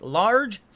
large